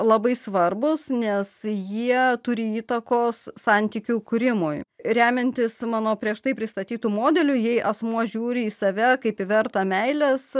labai svarbūs nes jie turi įtakos santykių kūrimui remiantis mano prieš tai pristatytu modeliu jei asmuo žiūri į save kaip vertą meilės